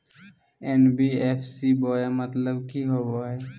NBFC बोया के मतलब कि होवे हय?